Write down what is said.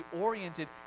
oriented